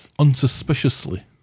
unsuspiciously